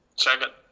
second.